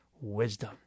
wisdom